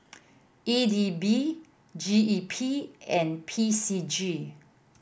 E D B G E P and P C G